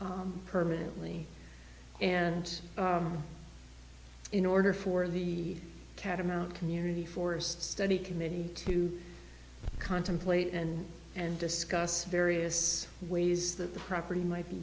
permanently and in order for the catamount community forest study committee to contemplate and and discuss various ways that the property might be